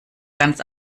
ganz